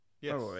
Yes